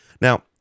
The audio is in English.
now